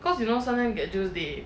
cause you know sometimes Get Juiced they